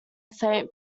saint